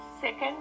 Second